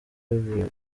bihagije